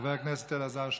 חבר הכנסת אלעזר שטרן,